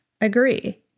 agree